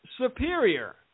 superior